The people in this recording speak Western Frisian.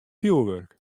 fjoerwurk